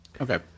Okay